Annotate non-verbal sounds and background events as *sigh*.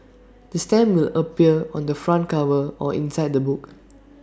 *noise* the stamp will appear on the front cover or inside the book